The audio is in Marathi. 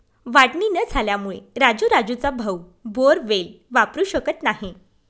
वाटणी न झाल्यामुळे राजू राजूचा भाऊ बोअरवेल वापरू शकत नाही